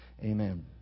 amen